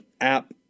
app